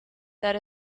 that